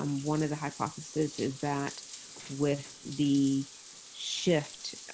um one of the hypotheses is that with the shift